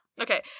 okay